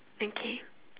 okay